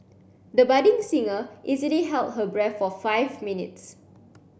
the budding singer easily held her breath for five minutes